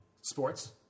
Sports